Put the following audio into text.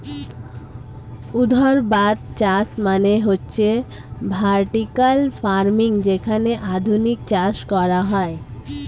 ঊর্ধ্বাধ চাষ মানে হচ্ছে ভার্টিকাল ফার্মিং যেখানে আধুনিক চাষ করা হয়